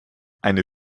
eine